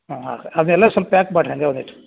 ಹಾಂ ಹಾಂ ಅದೆಲ್ಲ ಸ್ವಲ್ಪ ಪ್ಯಾಕ್ ಮಾಡಿರಿ ಹಾಗೆ ಒಂದೀಟು